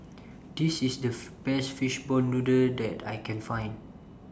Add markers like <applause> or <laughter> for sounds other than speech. This IS The <hesitation> Best Fishball Noodle that I Can Find